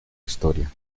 historia